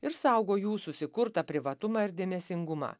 ir saugo jų susikurtą privatumą ir dėmesingumą